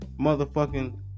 motherfucking